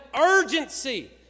urgency